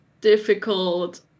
difficult